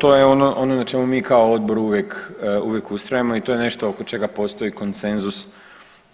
To je ono na čemu mi kao odbor uvijek ustrajemo i to je nešto oko čega postoji konsenzus